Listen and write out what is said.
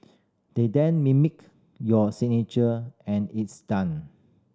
they then mimic your signature and it's done